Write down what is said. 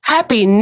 Happy